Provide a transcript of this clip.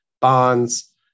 bonds